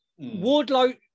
Wardlow